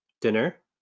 dinner